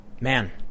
man